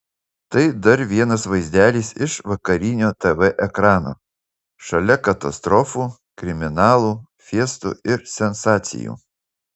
tai dar vienas vaizdelis iš vakarinio tv ekrano šalia katastrofų kriminalų fiestų ir sensacijų